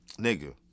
nigga